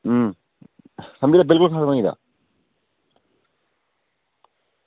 मेरा बिलकुल खतम होई गेदा